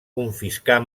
confiscar